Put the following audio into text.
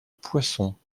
poissons